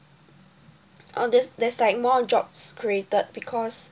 and there's there's like more jobs created because